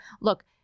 look